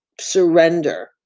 surrender